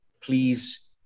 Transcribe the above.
please